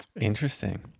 Interesting